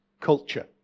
culture